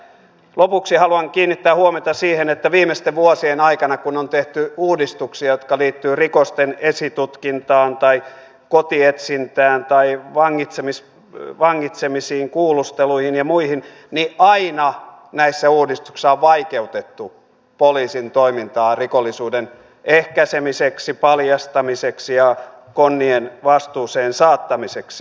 lopuksi haluan kiinnittää huomiota siihen että viimeisten vuosien aikana kun on tehty uudistuksia jotka liittyvät rikosten esitutkintaan tai kotietsintään tai vangitsemisiin kuulusteluihin ja muihin aina näissä uudistuksissa on vaikeutettu poliisin toimintaa rikollisuuden ehkäisemiseksi paljastamiseksi ja konnien vastuuseen saattamiseksi